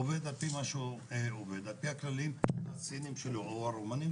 עובד לפי הכללים הסיניים או הרומניים